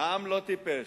העם לא טיפש.